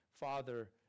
Father